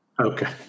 okay